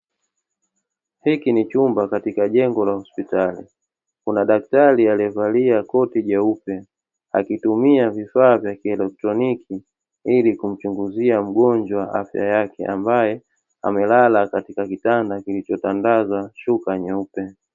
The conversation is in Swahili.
Hiki ni chumba katika jengo la hospitali, kuna daktari aliyevalia koti jeupe akitumia vifaa vya kielektroniki ili kumchunguzia mgonjwa afya yake ambaye amelala katika kitanda kilichotandazwa shuka nyeupe.